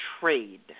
trade